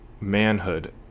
manhood